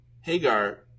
Hagar